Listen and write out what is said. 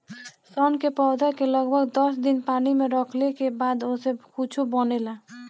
सन के पौधा के लगभग दस दिन पानी में रखले के बाद ओसे कुछू बनेला